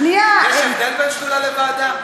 יש הבדל בין שדולה לוועדה?